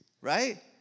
right